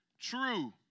true